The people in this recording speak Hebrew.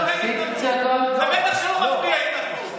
להפסיק את הצעקות?